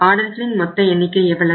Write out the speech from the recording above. ஆர்டர்களின் மொத்த எண்ணிக்கை எவ்வளவு